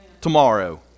tomorrow